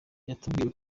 yatubwiye